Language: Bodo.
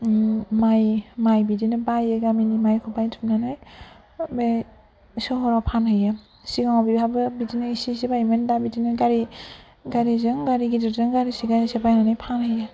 माइ माइ बिदिनो बायो गामिनि माइखौ बायथुमनानै बे सहराव फानहैयो सिगाङाव बेहाबो बिदिनो एसे एसे बायोमोन दा बिदिनो गारि गारिजों गारि गिदिरजों गारिसे गारिसे बायनानै फानहैयो